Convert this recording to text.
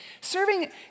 serving